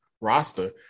roster